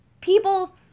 people